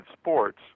sports